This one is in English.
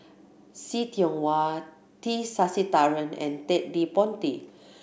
See Tiong Wah T Sasitharan and Ted De Ponti